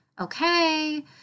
okay